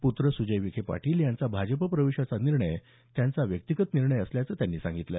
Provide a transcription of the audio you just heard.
पुत्र सुजय विखे पाटील यांचा भाजप प्रवेशाचा निर्णय त्यांचा व्यक्तिगत असल्याचं त्यांनी सांगितलं